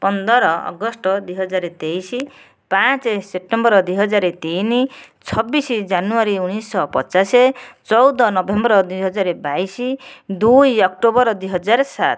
ପନ୍ଦର ଅଗଷ୍ଟ ଦୁଇହଜାର ତେଇଶି ପାଞ୍ଚ ସେପ୍ଟେମ୍ବର ଦୁଇହଜାର ତିନି ଛବିଶି ଜାନୁଆରୀ ଉଣେଇଶିଶହ ପଚାଶେ ଚଉଦ ନଭେମ୍ବର ଦୁଇହଜାର ବାଇଶି ଦୁଇ ଅକ୍ଟୋବର ଦୁଇହଜାର ସାତ